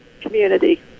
community